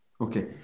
Okay